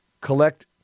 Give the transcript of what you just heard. Collect